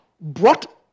brought